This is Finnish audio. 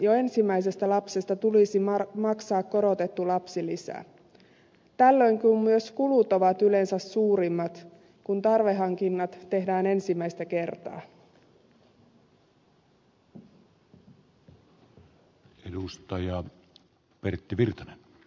jo ensimmäisestä lapsesta tulisi maksaa korotettu lapsilisä kun tällöin myös kulut ovat yleensä suurimmat kun tarvikehankinnat tehdään ensimmäistä kertaa